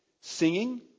singing